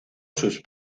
sus